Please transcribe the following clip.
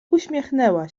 uśmiechnęła